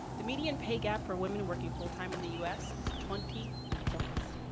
the median pay gap for women working full time in the u s. is twenty points.